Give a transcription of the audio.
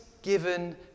given